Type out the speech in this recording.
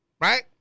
Right